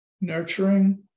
nurturing